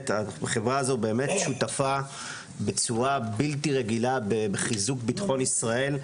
החברה הזו באמת שותפה בצורה בלתי רגילה בחיזוק ביטחון ישראל,